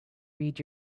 read